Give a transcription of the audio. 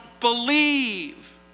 believe